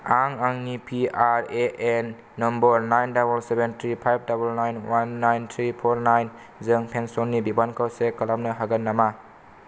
आं आंनि PRAN number nine double seven three five double nine one nine three पर nine जों पेन्सननि बिबांखौ चेक खालामनो हागोन नामा